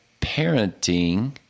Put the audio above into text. parenting